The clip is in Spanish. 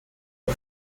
los